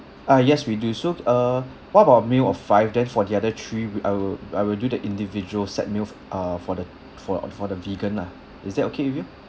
uh yes we do so uh what about meal of five then for the other three w~ I will I will do the individual set meal f~ uh for the for uh for the vegan lah is that okay with you